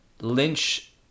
Lynch